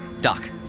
Doc